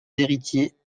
héritiers